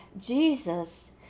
Jesus